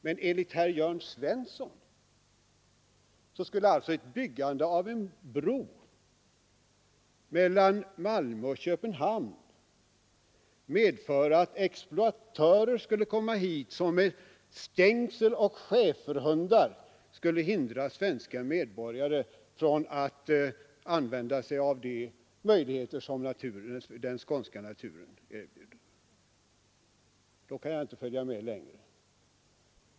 Men enligt herr Jörn Svensson skulle ett byggande av en bro mellan Malmö och Köpenhamn medföra att exploatörer skulle komma hit som med stängsel och schäferhundar skulle hindra svenska medborgare från att använda sig av de möjligheter den skånska naturen erbjuder. Då kan jag inte följa med längre.